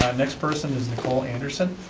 next person is nicole anderson.